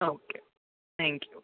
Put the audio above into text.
okay thank you